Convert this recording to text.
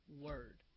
word